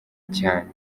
cyane